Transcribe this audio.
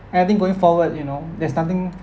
having going forward you know there's nothing